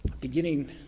beginning